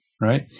right